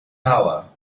hour